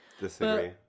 Disagree